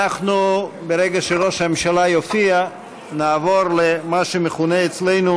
ברגע שראש הממשלה יופיע נעבור למה שמכונה אצלנו